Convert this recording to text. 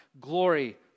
glory